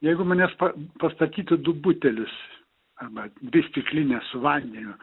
jeigu manęs pa pastatytų du butelius arba dvi stiklines su vandeniu